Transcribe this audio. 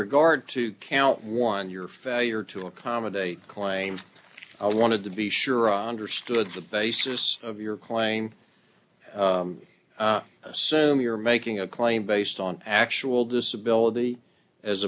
regard to count one your failure to accommodate claim i wanted to be sure i understood the basis of your claim assume you're making a claim based on actual disability as